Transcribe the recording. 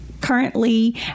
currently